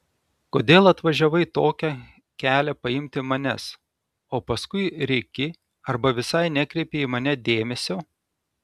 kodėl atvažiavai tokį kelią paimti manęs o paskui rėki arba visai nekreipi į mane dėmesio